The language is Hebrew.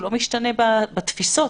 הוא לא משתנה בתפיסות,